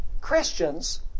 Christians